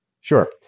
Sure